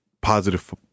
positive